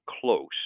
close